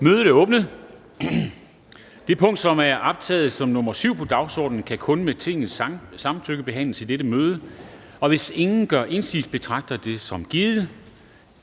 Kristensen): Det punkt, som er optaget som nr. 7 på dagsordenen, kan kun med Tingets samtykke behandles i dette møde. Hvis ingen gør indsigelse, betragter jeg samtykket som